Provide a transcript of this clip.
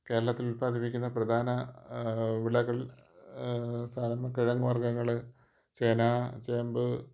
കേരളത്തിൽ ഉൽപാദിപ്പിക്കുന്ന പ്രധാന വിളകൾ സാധാരണ കിഴങ്ങുവർഗങ്ങൾ ചേന ചേമ്പ്